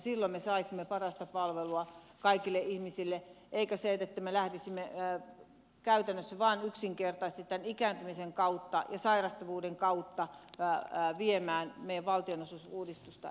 silloin me saisimme parasta palvelua kaikille ihmisille eikä niin että lähtisimme käytännössä vain yksinkertaisesti tämän ikääntymisen kautta ja sairastavuuden kautta viemään meidän valtionosuusuudistusta eteenpäin